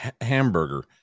hamburger